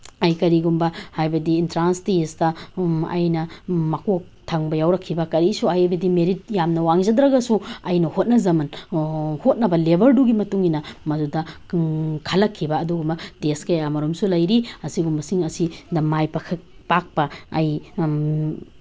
ꯑꯩ ꯀꯔꯤꯒꯨꯝꯕ ꯍꯥꯏꯕꯗꯤ ꯏꯟꯇ꯭ꯔꯥꯟꯁ ꯇꯦꯁꯇ ꯑꯩꯅ ꯃꯀꯣꯛ ꯊꯪꯕ ꯌꯥꯎꯔꯛꯈꯤꯕ ꯀꯔꯤꯁꯨ ꯍꯥꯏꯕꯗꯤ ꯃꯦꯔꯤꯠ ꯌꯥꯝꯅ ꯋꯥꯡꯖꯗ꯭ꯔꯒꯁꯨ ꯑꯩꯅ ꯍꯣꯠꯅꯖꯃꯟ ꯍꯣꯠꯅꯕ ꯂꯦꯕꯔꯗꯨꯒꯤ ꯃꯇꯨꯡꯏꯟꯅ ꯃꯗꯨꯗ ꯈꯜꯂꯛꯈꯤꯕ ꯑꯗꯨꯒꯨꯝꯕ ꯇꯦꯁ ꯀꯌꯥ ꯃꯔꯨꯝꯁꯨ ꯂꯩꯔꯤ ꯑꯁꯤꯒꯨꯝꯕꯁꯤꯡ ꯑꯁꯤꯗ ꯃꯥꯏ ꯄꯥꯛꯂꯛꯄ ꯑꯩ